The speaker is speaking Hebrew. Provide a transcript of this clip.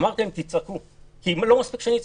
אמרתי להם שיצעקו כי לא מספיק שאני צועק.